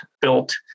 built